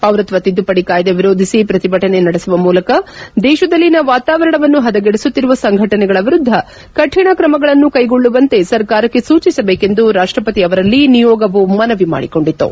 ಪೌರತ್ತ ತಿದ್ದುಪಡಿ ಕಾಯ್ದೆ ವಿರೋಧಿಸಿ ಪ್ರತಿಭಟನೆ ನಡೆಸುವ ಮೂಲಕ ದೇಶದಲ್ಲಿನ ವಾತಾವರಣವನ್ನು ಪದಗೆಡಿಸುತ್ತಿರುವ ಸಂಘಟನೆಗಳ ವಿರುದ್ಧ ಕಠಿಣ ಕ್ರಮಗಳನ್ನು ಕೈಗೊಳ್ಳುವಂತೆ ಸರ್ಕಾರಕ್ಕೆ ಸೂಚಿಸಬೇಕೆಂದು ರಾಷ್ಷಪತಿ ಅವರಲ್ಲಿ ನಿಯೋಗವು ಮನವಿ ಮಾಡಿಕೊಂಡಿತು